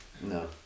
no